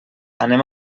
anem